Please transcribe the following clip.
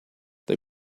they